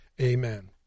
Amen